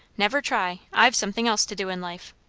never try. i've something else to do in life.